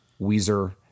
Weezer